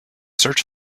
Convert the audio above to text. search